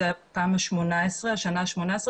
זאת השנה ה-18.